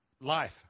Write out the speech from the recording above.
life